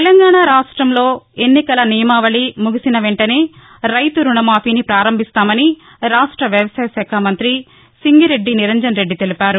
తెలంగాణ రాష్టంలో ఎన్నికల నియమావళి ముగిసిన వెంటనే రైతు రుణమాఫీని పారంభిస్తామని రాష్ట వ్యవసాయశాఖ మంత్రి సింగిరెడ్డి నిరంజన్రెడ్డి తెలిపారు